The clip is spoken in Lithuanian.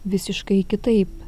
visiškai kitaip